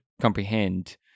comprehend